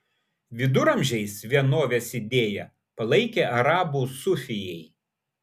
viduramžiais vienovės idėją palaikė arabų sufijai